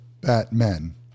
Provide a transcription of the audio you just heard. Batman